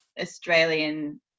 Australian